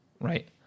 Right